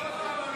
גפני, אתה רואה?